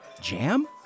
Jam